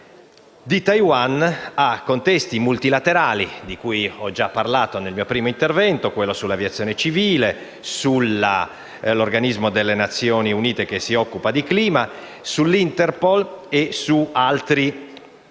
di Taiwan ad alcuni contesti multilaterali, di cui ho già parlato nel mio primo intervento. Mi riferisco a quello sull'aviazione civile, all'organismo delle Nazioni Unite che si occupa di clima, all'Interpol e ad altri organismi